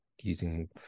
using